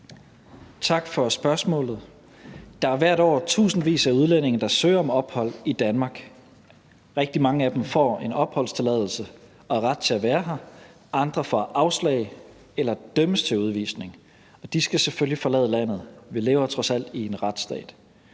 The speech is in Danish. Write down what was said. Tak for spørgsmålet. Der er hvert år tusindvis af udlændinge, der søger om ophold i Danmark. Rigtig mange af dem får en opholdstilladelse og ret til at være her; andre får afslag eller dømmes til udvisning, og de skal selvfølgelig forlade landet – vi lever trods alt i en retsstat.